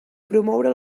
promoure